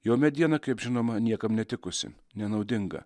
jo mediena kaip žinoma niekam netikusi nenaudinga